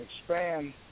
expand